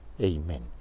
Amen